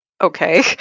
Okay